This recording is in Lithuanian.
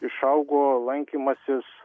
išaugo lankymasis